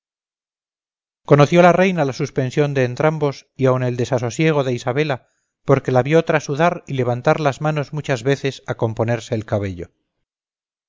conoció la reina la suspensión de entrambos y aun el desasosiego de isabela porque la vio trasudar y levantar las manos muchas veces a componerse el cabello